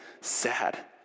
sad